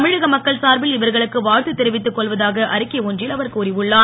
தமிழக மக்கள் சார்பில் இவர்களுக்கு வாழ்த்து தெரிவித்துக் கொள்வதாக அறிக்கை ஒன்றில் அவர் கூறி உள்ளார்